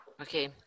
Okay